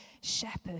shepherd